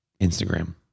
Instagram